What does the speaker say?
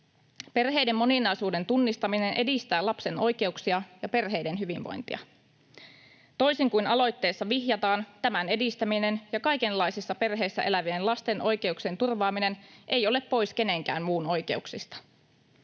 Perheiden moninaisuuden tunnistaminen edistää lapsen oikeuksia ja perheiden hyvinvointia. Toisin kuin aloitteissa vihjataan, tämän edistäminen ja kaikenlaisissa perheissä elävien lasten oikeuksien turvaaminen eivät ole pois kenenkään muun oikeuksista.